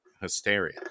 hysteria